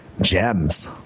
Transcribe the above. gems